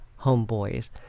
Homeboys